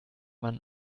man